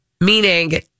Meaning